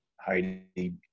Heidi